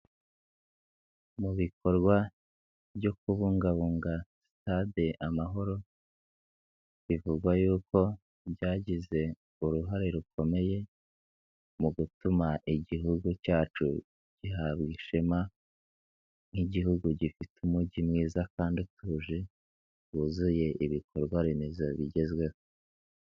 Mu bikorwa byo kubungabunga sitade Amahoro, bivugwa yuko byagize uruhare rukomeye, mu gutuma igihugu cyacu gihabwa ishema nk'igihugu gifite umujyi mwiza kandi utuje, wuzuye ibikorwa remezo bigezweho.